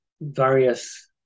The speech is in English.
various